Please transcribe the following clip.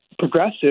progressive